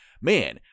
man